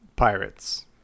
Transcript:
pirates